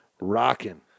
rocking